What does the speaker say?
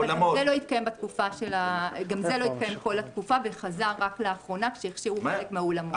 גם זה לא התקיים כל התקופה וחזר רק לאחרונה כשהכשירו חלק מהאולמות.